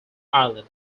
island